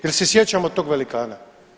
Jel' se sjećamo tog velikana?